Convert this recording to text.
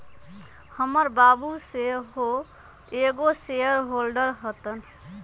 हमर बाबू सेहो एगो शेयर होल्डर हतन